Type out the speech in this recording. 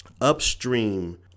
upstream